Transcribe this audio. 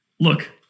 Look